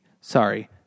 Sorry